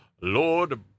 Lord